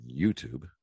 YouTube